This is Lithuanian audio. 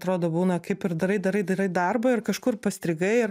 atrodo būna kaip ir darai darai darai darbą ir kažkur pastrigai ir